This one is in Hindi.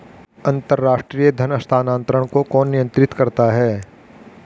अंतर्राष्ट्रीय धन हस्तांतरण को कौन नियंत्रित करता है?